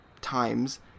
times